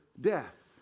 death